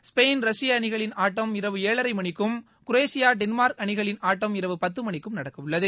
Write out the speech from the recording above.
Spain ரஷ்ய அணிகளின் ஆட்டம் இரவு ஏழரை மணிக்கும் குரேஷியா டென்மார்க் அணிகளின் ஆட்டம் இரவு பத்தமணிக்கும் நடக்கவுள்ளது